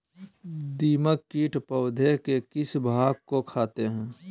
दीमक किट पौधे के किस भाग को खाते हैं?